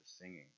singing